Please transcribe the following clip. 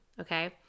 okay